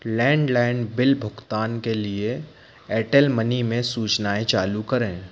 landline bill भुगतान के लिए एयरटेल मनी में सूचनाएँ चालू करें